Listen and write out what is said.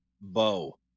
Bo